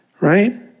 right